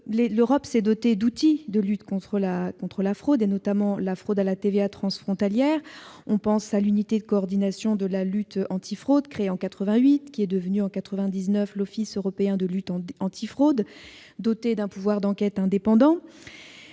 L'Europe s'est dotée d'outils de lutte contre la fraude, notamment la fraude à la TVA transfrontalière, comme l'unité de coordination de la lutte antifraude, l'UCLAF, créée en 1988 et devenue en 1999 l'Office européen de lutte antifraude, ou OLAF, qui jouit d'un pouvoir d'enquête indépendant.